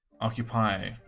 occupy